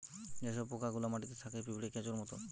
যে সব পোকা গুলা মাটিতে থাকে পিঁপড়ে, কেঁচোর মত